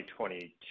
2022